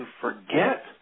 forget